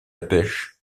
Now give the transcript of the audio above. pêche